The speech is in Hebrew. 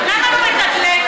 למה לא?